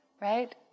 right